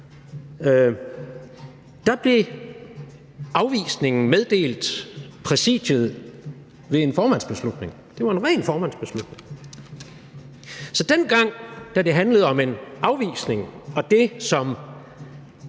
blev afvisningen af det meddelt Præsidiet ved en formandsbeslutning – det var en ren formandsbeslutning. Så dengang, da det handlede om en afvisning og om det, som